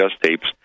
tapes